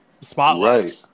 spotlight